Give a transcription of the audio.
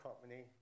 company